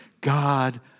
God